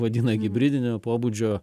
vadina gibridinio pobūdžio